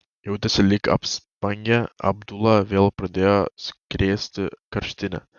jautėsi lyg apspangę abdulą vėl pradėjo krėsti karštinė